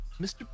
Mr